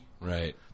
Right